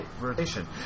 rotation